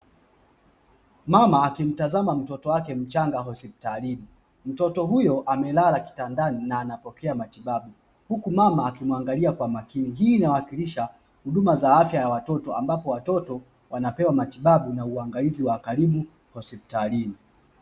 Mama akimtazama mtoto wake mchanga hospitalini mtoto huyo amelala kitandani na anapokea matibabu; huku mama akimuangalia Kwa makini hii inawakilisha huduma za afya ya watoto ambapo watoto wanapewa matababu na uangalizi wa karibu hospitalini.